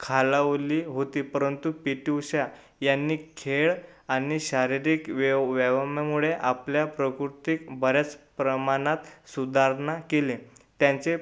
खालावली होती परंतु पी टी उषा यांनी खेळ आणि शारीरिक व्यव व्यायामामुळे आपल्या प्रकृतीत बऱ्याच प्रमाणात सुधारणा केले त्यांचे